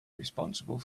responsible